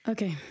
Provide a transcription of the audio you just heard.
Okay